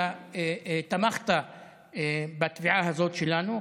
אתה תמכת בתביעה הזאת שלנו,